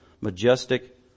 majestic